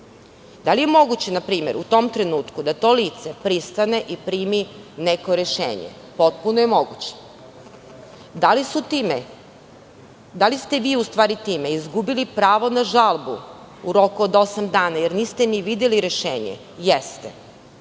Da li je moguće, na primer, u tom trenutku da to lice pristane i primi neko rešenje? Potpuno je moguće. Da li ste vi time izgubili pravo na žalbu u roku od osam dana, jer niste ni videli rešenje? Jeste!